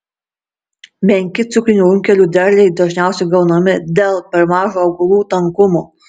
menki cukrinių runkelių derliai dažniausiai gaunami dėl per mažo augalų tankumo